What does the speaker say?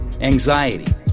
anxiety